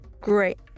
Great